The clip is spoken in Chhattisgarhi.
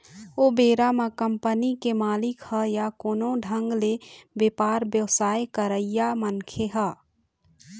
ओ बेरा म कंपनी के मालिक ह या कोनो ढंग ले बेपार बेवसाय करइया मनखे ह